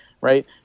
right